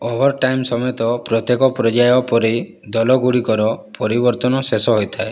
over time ସମେତ ପ୍ରତ୍ୟେକ ପର୍ଯ୍ୟାୟ ପରେ ଦଳ ଗୁଡ଼ିକର ପରିବର୍ତ୍ତନ ଶେଷ ହୋଇଥାଏ